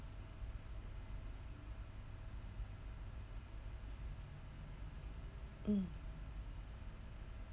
mm